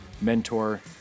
mentor